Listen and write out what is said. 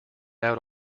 out